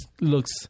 looks